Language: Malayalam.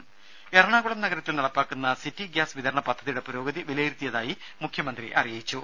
ദേദ എറണാകുളം നഗരത്തിൽ നടപ്പാക്കുന്ന സിറ്റി ഗ്യാസ് വിതരണ പദ്ധതിയുടെ പുരോഗതി വലിയിരുത്തിയതായി മുഖ്യമന്ത്രി അറിയിച്ചു